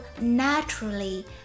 naturally